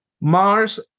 Mars